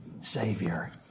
Savior